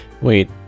wait